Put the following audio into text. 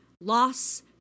Loss